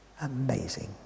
Amazing